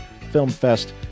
Filmfest